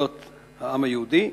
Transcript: תולדות העם היהודי,